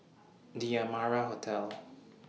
The Amara Hotel